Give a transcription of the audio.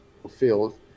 fulfilled